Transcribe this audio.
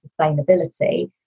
sustainability